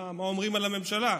מה אומרים על הממשלה.